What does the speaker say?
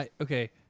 Okay